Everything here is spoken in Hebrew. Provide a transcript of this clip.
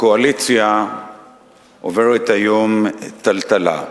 הקואליציה עוברת היום טלטלה.